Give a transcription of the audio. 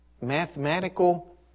mathematical